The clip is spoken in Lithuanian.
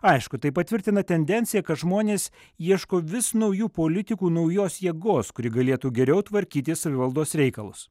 aišku tai patvirtina tendenciją kad žmonės ieško vis naujų politikų naujos jėgos kuri galėtų geriau tvarkytis savivaldos reikalus